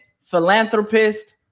philanthropist